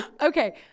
Okay